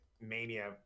mania